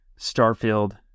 Starfield